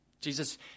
Jesus